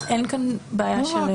אין כאן בעיה של --- לא,